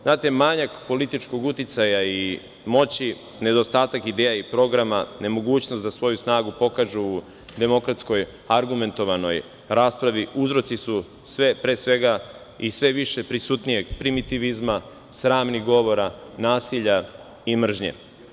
Znate, manjak političkog uticaja i moći, nedostatak ideja i programa, nemogućnost da svoju snagu pokažu u demokratskoj, argumentovanoj raspravi, uzroci su pre svega i sve više prisutnijeg primitivizma, sramnih govora, nasilja i mržnje.